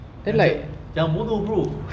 jangan bodoh bro